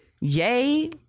yay